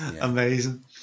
amazing